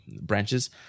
branches